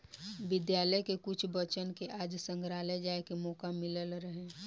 विद्यालय के कुछ बच्चन के आज संग्रहालय जाए के मोका मिलल रहे